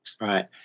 Right